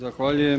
Zahvaljujem.